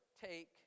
take